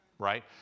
right